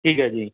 ਠੀਕ ਹੈ ਜੀ